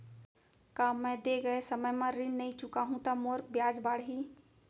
का मैं दे गए समय म ऋण नई चुकाहूँ त मोर ब्याज बाड़ही?